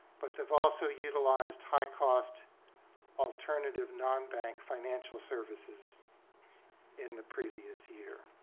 but they've also utilized high-cost alternative nonbank financial services in the previous year.